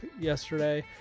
yesterday